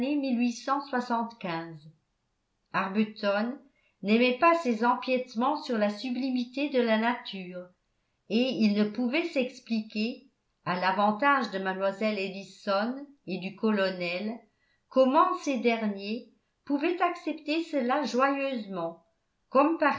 arbuton n'aimait pas ces empiètements sur la sublimité de la nature et il ne pouvait s'expliquer à l'avantage de mlle ellison et du colonel comment ces derniers pouvaient accepter cela joyeusement comme